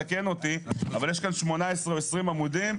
תקן אותי אבל יש כאן 18 או 20 עמודים.